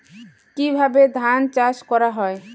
কিভাবে ধান চাষ করা হয়?